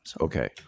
Okay